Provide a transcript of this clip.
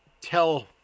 tell